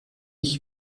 ich